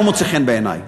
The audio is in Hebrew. לא מוצא חן בעיני.